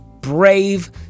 brave